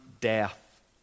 death